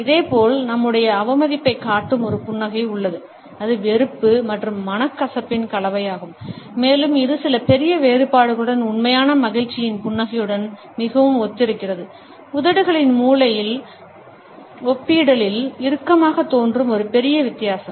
இதேபோல் நம்முடைய அவமதிப்பைக் காட்டும் ஒரு புன்னகை உள்ளது இது வெறுப்பு மற்றும் மனக்கசப்பின் கலவையாகும் மேலும் இது சில பெரிய வேறுபாடுகளுடன் உண்மையான மகிழ்ச்சியின் புன்னகையுடன் மிகவும் ஒத்திருக்கிறது உதடுகளின் மூலையில் ஒப்பீட்டளவில் இறுக்கமாகத் தோன்றும் ஒரு பெரிய வித்தியாசம்